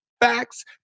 facts